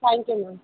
thank you ma'am